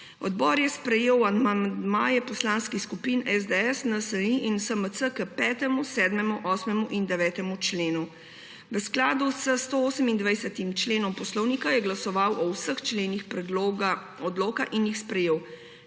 Odbor je sprejel amandmaje poslanskih skupin SDS, NSi in SMC k 5., 7., 8. in 9. členu. V skladu s 128. členom Poslovnika Državnega zbora je glasoval o vseh členih predloga odloka in jih sprejel.